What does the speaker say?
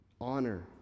honor